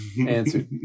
answer